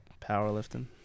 powerlifting